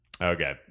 Okay